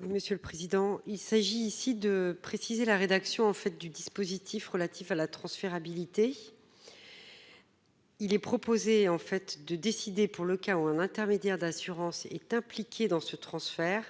Monsieur le président, il s'agit ici de préciser la rédaction en fait du dispositif relatif à la transférabilité. Il est proposé en fait de décider pour le cas où un intermédiaire d'assurance est impliqué dans ce transfert